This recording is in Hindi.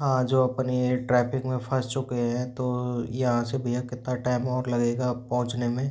हाँ जो अपनी ट्रैफिक में फस चुके हैं तो यहाँ से भय्या कितना टाइम और लगेगा पहुंचने में